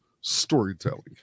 storytelling